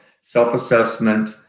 self-assessment